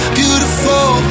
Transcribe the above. beautiful